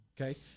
Okay